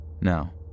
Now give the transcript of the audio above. Now